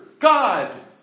God